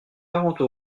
quarante